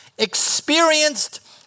experienced